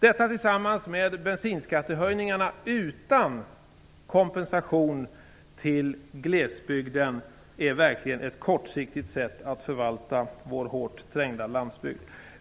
Detta tillsammans med bensinskattehöjningar utan kompensation till glesbygden är verkligen ett kortsiktigt sätt att förvalta vår hårt trängda landsbygd.